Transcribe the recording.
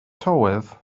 tywydd